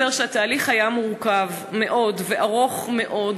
שהתהליך היה מורכב מאוד וארוך מאוד,